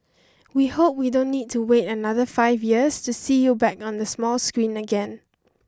we hope we don't need to wait another five years to see you back on the small screen again